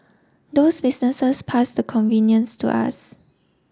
those businesses pass the convenience to us